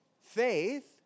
Faith